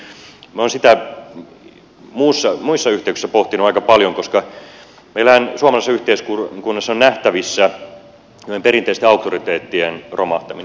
minä olen sitä muissa yhteyksissä pohtinut aika paljon koska meillähän suomalaisessa yhteiskunnassa on nähtävissä tämmöinen perinteisten auktoriteet tien romahtaminen